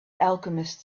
alchemist